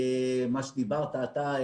מה שדיברת אתה,